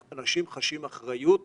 אנשים חשים אחריות ושותפות.